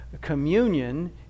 communion